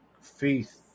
faith